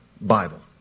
Bible